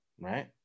right